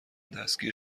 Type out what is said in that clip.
دستگیر